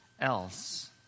else